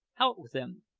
out with them!